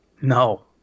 No